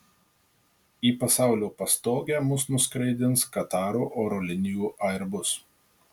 į pasaulio pastogę mus nuskraidins kataro oro linijų airbus